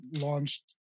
launched